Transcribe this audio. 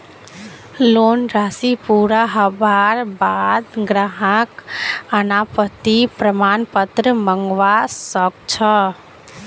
loan राशि पूरा हबार बा द ग्राहक अनापत्ति प्रमाण पत्र मंगवा स ख छ